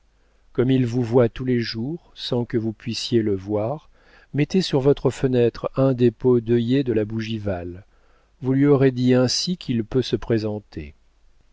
comme il vous voit tous les jours sans que vous puissiez le voir mettez sur votre fenêtre un des pots d'œillets de la bougival vous lui aurez dit ainsi qu'il peut se présenter